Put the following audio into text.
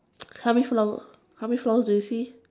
how many flower how many flowers do you see